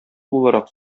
буларак